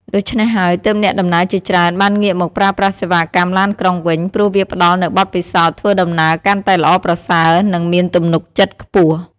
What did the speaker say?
ដូច្នេះហើយ ទើបអ្នកដំណើរជាច្រើនបានងាកមកប្រើប្រាស់សេវាកម្មឡានក្រុងវិញព្រោះវាផ្តល់នូវបទពិសោធន៍ធ្វើដំណើរកាន់តែល្អប្រសើរនិងមានទំនុកចិត្តខ្ពស់។